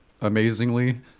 amazingly